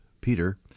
Peter